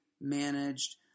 managed